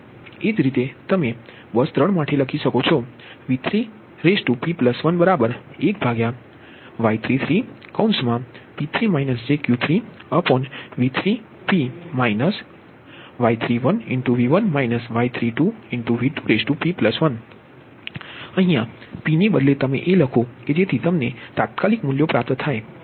એ જ રીતે તમે બસ 3 માટે લખી શકો છો V3p11Y33P3 jQ3V3p Y31V1 Y32V2p1 તેથી P ને બદલે તમે એ લખો કે જે થી તમને તાત્કાલિક મૂલ્યો પ્રાપ્ત થાય તે